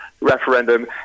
referendum